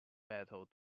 battle